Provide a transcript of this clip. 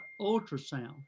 ultrasound